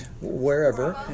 wherever